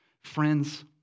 friends